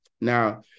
Now